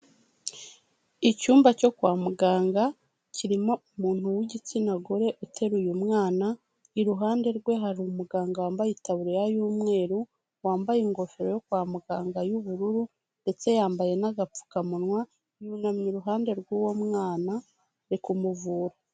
Icyumba cyo kwa muganga kirimo umuntu w'igitsina gore uteruraye mwana, iruhande rwe hari umuganga wambaye itaburiya y'umweru, wambaye ingofero yo kwa muganga y'ubururu ndetse yambaye n'agapfukamunwa, yunamye iruhande rw'uwo mwana, ari kumuvura.